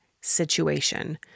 situation